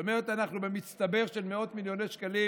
זאת אומרת, אנחנו במצטבר של מאות מיליוני שקלים